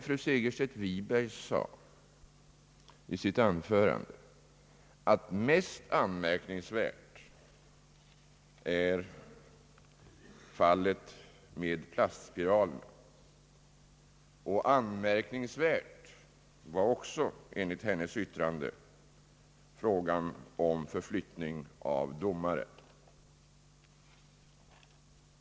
Fru Segerstedt Wiberg sade dock i sitt anförande att mest anmärkningsvärt är fallet med plastspiralerna, och anmärkningsvärt var också enligt hennes yttrande frågan om förflyttning av domare.